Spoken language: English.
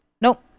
Nope